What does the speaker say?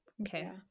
okay